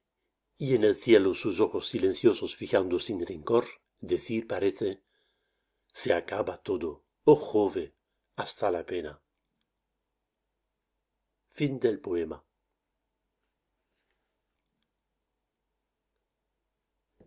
y en el cielo sus ojos silenciosos fijando sin rencor decir parece se acaba todo oh jove hasta la pena